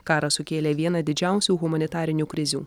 karas sukėlė vieną didžiausių humanitarinių krizių